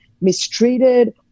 mistreated